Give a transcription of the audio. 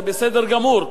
זה בסדר גמור,